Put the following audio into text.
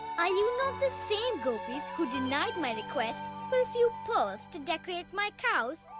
i mean not the same gopis who denied my request for a few pearls to decorate my cows,